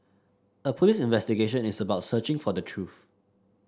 a police investigation is about searching for the truth